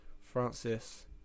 Francis